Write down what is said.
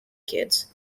kids